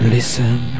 Listen